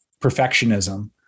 perfectionism